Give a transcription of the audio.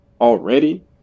already